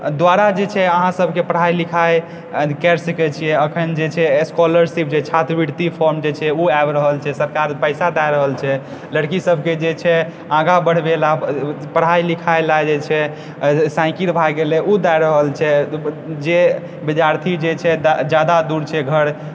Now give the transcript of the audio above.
द्वारा जे छै अहाँ सबके पढ़ाई लिखाई करि सकै छियै एखन जे स्कॉलरशिप जे छात्रवृति फॉर्म जे छै उ आबि रहल छै सरकार पैसा दए रहल छै लड़की सबके जे छै आगा बढ़बै लए पढ़ाइ लिखाई लए जे छै साइकिल भए गेलै उ दए रहल छै जे विद्यार्थी जे छै से जादा दूर छै घर